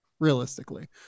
realistically